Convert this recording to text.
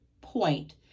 point